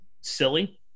silly